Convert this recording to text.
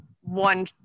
one